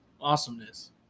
awesomeness